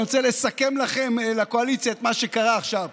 אני רוצה לסכם לקואליציה את מה שקרה עכשיו: